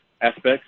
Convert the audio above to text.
aspects